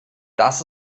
das